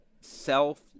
self